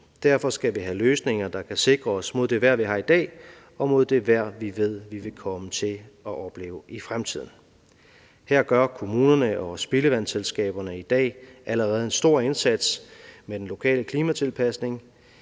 Derfor skal vi have løsninger, der kan sikre os mod det vejr, vi har i dag, og mod det vejr, vi ved vi vil komme til at opleve i fremtiden. Her gør kommunerne og spildevandsselskaberne i dag allerede en stor indsats med den lokale klimatilpasning.